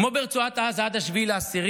כמו ברצועת עזה עד 7 באוקטובר,